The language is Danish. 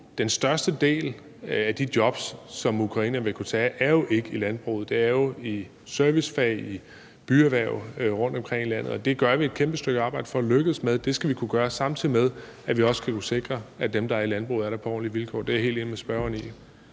den største del af de jobs, som ukrainere vil kunne tage, er jo ikke i landbruget. Det er jo i servicefag, i byerhverv rundtomkring i landet. Det gør vi et kæmpe stykke arbejde for at lykkes med. Det skal vi kunne gøre, samtidig med vi også skal kunne sikre, at dem, der er i landbruget, er der på ordentlige vilkår. Det er jeg helt enig med spørgeren i.